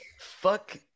fuck